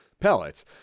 pellets